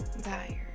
Tired